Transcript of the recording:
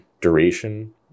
duration